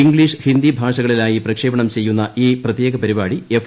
English Hindi ഭാഷകളിലായി പ്രക്ഷേപണം ചെയ്യുന്ന ഈ പ്രത്യേക പരിപാടി എഫ്